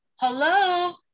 Hello